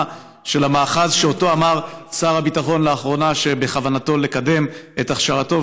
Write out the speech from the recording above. של המאחז ששר הביטחון אמר לאחרונה שבכוונתו לקדם את הכשרתו,